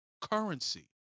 currency